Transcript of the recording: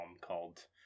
called